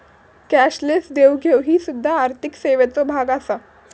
cashless देवघेव ही सुध्दा आर्थिक सेवेचो भाग आसा